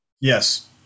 Yes